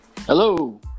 Hello